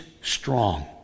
strong